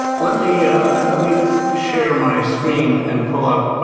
let me ah let me share my screen and pull up